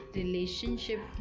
relationship